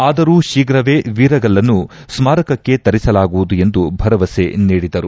ಆದರೂ ಶೀಘವೇ ವೀರಗಲ್ಲನ್ನು ಈ ಸ್ಥಾರಕಕ್ಕೆ ತರಿಸಲಾಗುವುದು ಎಂದು ಭರವಸೆ ನೀಡಿದರು